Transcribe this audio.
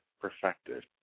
perfected